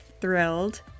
thrilled